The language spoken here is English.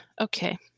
Okay